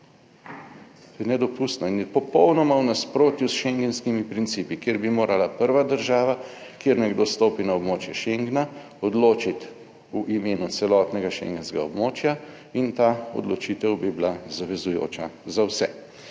To je nedopustno in je popolnoma v nasprotju s schengenskimi principi, kjer bi morala prva država, kjer nekdo stopi na območje Schengena, odločiti v imenu celotnega schengenskega območja in ta odločitev bi bila zavezujoča za vse.